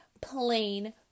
plain